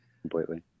Completely